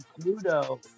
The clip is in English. Pluto